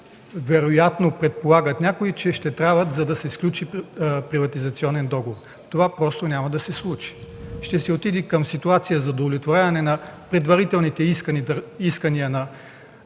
вероятно предполагат, че ще трябват, за да се сключи приватизационен договор. Това просто няма да се случи, ще се отиде към ситуация за удовлетворяване на предварителните искания на